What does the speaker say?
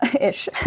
ish